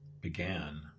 began